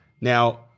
Now